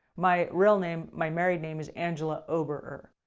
my real name, my married name, is angela oberer.